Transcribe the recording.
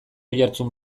oihartzun